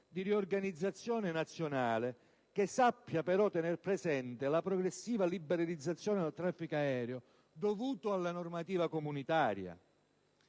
di riorganizzazione nazionale che sappia però tener presente la progressiva liberalizzazione del traffico aereo dovuta alla normativa comunitaria.